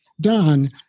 Don